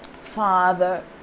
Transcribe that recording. Father